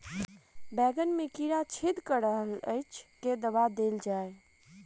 बैंगन मे कीड़ा छेद कऽ रहल एछ केँ दवा देल जाएँ?